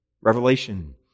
Revelation